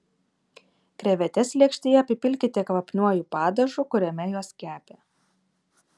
krevetes lėkštėje apipilkite kvapniuoju padažu kuriame jos kepė